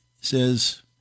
says